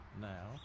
now